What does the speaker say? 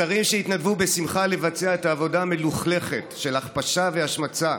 השרים שהתנדבו בשמחה לבצע את העבודה המלוכלכת של הכפשה והשמצה,